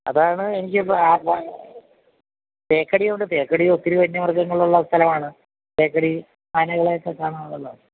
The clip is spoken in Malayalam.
അതാണ് എനിക്ക് ഇപ്പം തേക്കടിയുണ്ട് തേക്കടി ഒത്തിരി വന്യമൃഗങ്ങളുള്ള സ്ഥലമാണ് തേക്കടി ആനകളെയൊക്കെ കാണാമെന്നുള്ളതാണ്